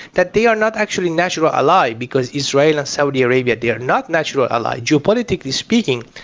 that they are not actually natural allies because israel and saudi arabia, they are not natural allies. geopolitically speaking,